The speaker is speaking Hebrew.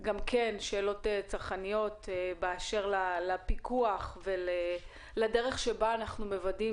צרכניות באשר לפיקוח ולדרך שבה אנחנו מוודאים